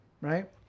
right